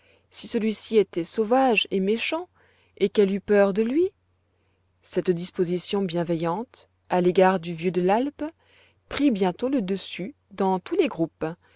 si celui-ci était sauvage et méchant et qu'elle eût peur de lui cette disposition bienveillante à l'égard du vieux de l'alpe prit bientôt le dessus dans tous les groupes